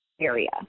area